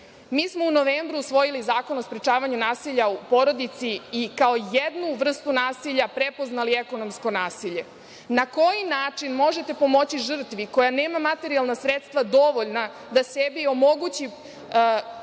Mi smo u novembru usvojili Zakon o sprečavanju nasilja u porodici i kao jednu vrstu nasilja prepoznali ekonomsko nasilje. Na koji način možete pomoći žrtvi koja nema materijalna sredstva dovoljna da sebi omogući